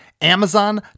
Amazon